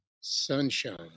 sunshine